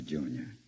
Junior